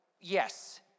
Yes